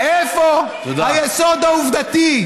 איפה היסוד העובדתי?